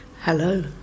Hello